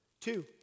two